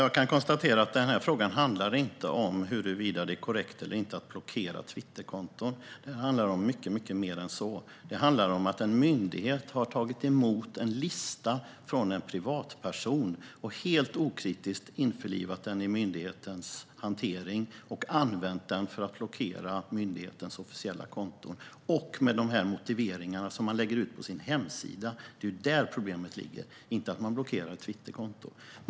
Herr talman! Denna fråga handlar inte om huruvida det är korrekt att blockera Twitterkonton - den handlar om mycket mer än så. Denna fråga handlar om att en myndighet har tagit emot en lista från en privatperson och helt okritiskt införlivat den i myndighetens hantering och använt den för att blockera myndighetens officiella konto. Problemet ligger i de motiveringar som man har lagt ut på sin hemsida - inte i att man har blockerat ett Twitterkonto.